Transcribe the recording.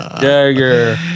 dagger